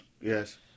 yes